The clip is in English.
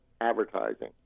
advertising